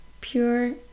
pure